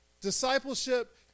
Discipleship